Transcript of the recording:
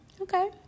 Okay